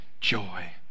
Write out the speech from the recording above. joy